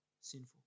sinful